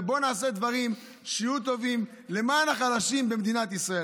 ובוא נעשה דברים שיהיו טובים למען החלשים במדינת ישראל.